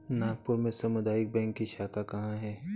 नागपुर में सामुदायिक बैंक की शाखा कहाँ है?